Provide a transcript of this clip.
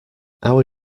our